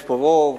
יש פה רוב,